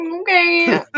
Okay